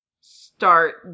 start